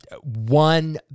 One